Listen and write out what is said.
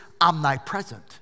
omnipresent